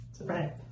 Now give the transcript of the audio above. right